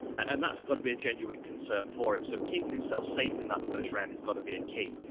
and that's gotta be a genuine concern for him. so, keeping himself safe in that first round has gotta be a key.